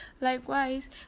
likewise